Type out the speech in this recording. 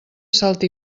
salta